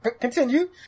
continue